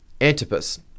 Antipas